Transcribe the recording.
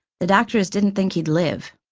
the doctors didn't think he'd live.